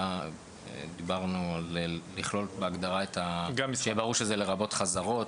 דיברנו לכלול בהגדרה שזה יהיה ברור לרבות חזרות,